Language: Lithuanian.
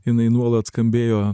jinai nuolat skambėjo